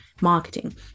marketing